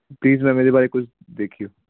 please ma'am ਇਹਦੇ ਬਾਰੇ ਕੋਈ ਦੇਖਿਓ